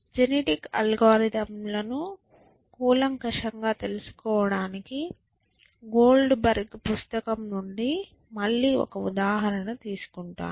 genetic algorithm ల కూలంకషంగా తెలుసుకోవడానికి గోల్డ్బెర్గ్ పుస్తకం నుండి మళ్ళీ ఒక ఉదాహరణ తీసుకుంటాను